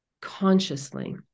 consciously